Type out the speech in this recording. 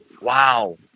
wow